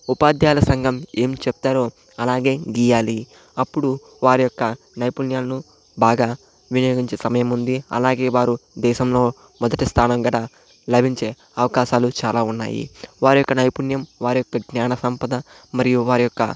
ఉపాధ్యాయుల సంఘం ఏం చెప్తారో అలాగే గీయాలి అప్పుడు వారి యొక్క నైపుణ్యాలను బాగా వినియోగించే సమయం ఉంది అలాగే వారు దేశంలో మొదటి స్థానంగా లభించే అవకాశాలు చాలా ఉన్నాయి వారి యొక్క నైపుణ్యం వారి యొక్క జ్ఞాన సంపద మరియు వారి యొక్క